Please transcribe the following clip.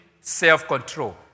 self-control